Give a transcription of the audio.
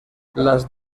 las